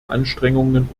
anstrengungen